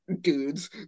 dudes